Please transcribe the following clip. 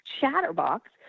chatterbox